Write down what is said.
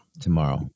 tomorrow